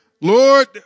Lord